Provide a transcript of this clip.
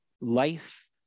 life